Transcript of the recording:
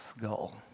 goal